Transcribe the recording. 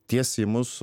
tiesiai į mus